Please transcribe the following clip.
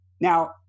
Now